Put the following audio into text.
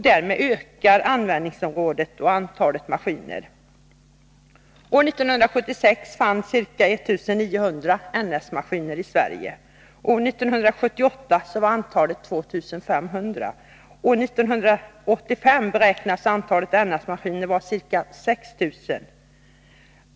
Därmed ökar användningsområdet och antalet maskiner. År 1976 fanns det ca 1900 NS-maskiner i Sverige. År 1978 var antalet 2 500, och år 1985 beräknas antalet NS-maskiner vara ca 6 000.